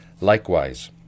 likewise